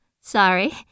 sorry